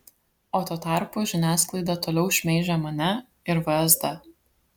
o tuo tarpu žiniasklaida toliau šmeižia mane ir vsd